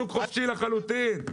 זה שוק חופשי לחלוטין.